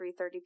3.30